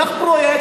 קח פרויקט.